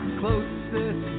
closest